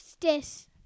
Justice